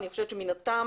מן הסתם